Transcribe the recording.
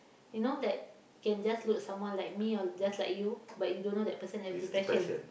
you know that can just look someone like me or just like you but you don't know that person have depression